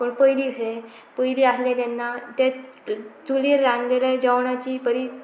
पूण पयलीं पयलीं आसलें तेन्ना ते चुलीर रांदलेल्या जेवणाची बरी